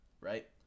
right